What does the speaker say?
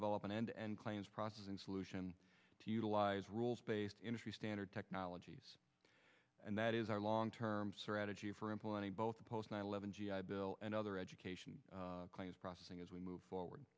develop an end claims processing solution to utilize rules based industry standard technologies and that is our long term strategy for implementing both the post nine eleven g i bill and other education claims processing as we move forward